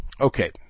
Okay